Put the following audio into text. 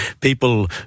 people